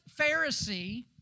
Pharisee